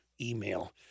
email